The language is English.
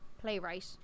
playwright